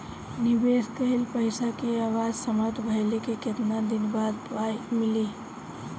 निवेश कइल पइसा के अवधि समाप्त भइले के केतना दिन बाद पइसा मिली?